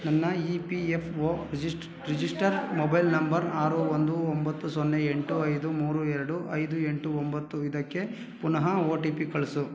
ನನ್ನ E P F O register register mobile number ಆರು ಒಂದು ಒಂಬತ್ತು ಸೊನ್ನೆ ಎಂಟು ಐದು ಮೂರು ಎರಡು ಐದು ಎಂಟು ಒಂಬತ್ತು ಇದಕ್ಕೆ ಪುನಃ ಒ ಟಿ ಪಿ ಕಳಿಸು